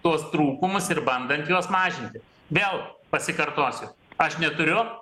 tuos trūkumus ir bandant juos mažinti vėl pasikartosiu aš neturiu